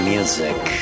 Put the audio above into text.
Music